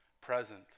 present